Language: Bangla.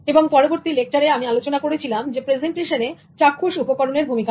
এবং পরবর্তী লেকচারে আমি আলোচনা করেছিলাম প্রেজেন্টেশনে চাক্ষুষ উপকরণের ভূমিকা নিয়ে